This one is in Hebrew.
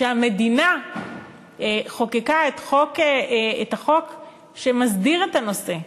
שהמדינה חוקקה את החוק שמסדיר את הנושא.